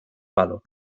palo